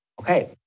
Okay